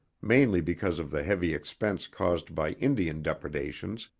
mainly because of the heavy expense caused by indian depredations,